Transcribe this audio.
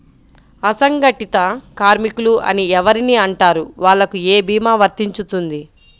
అసంగటిత కార్మికులు అని ఎవరిని అంటారు? వాళ్లకు ఏ భీమా వర్తించుతుంది?